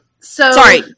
Sorry